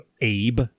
Abe